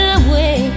away